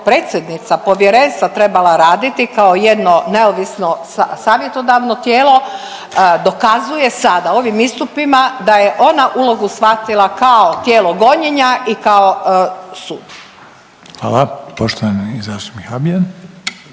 predsjednica povjerenstva trebala raditi kao jedno neovisno savjetodavno tijelo dokazuje sada ovim istupima da je ona ulogu shvatila kao tijelo gonjenja i kao sud. **Reiner, Željko